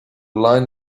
line